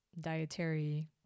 dietary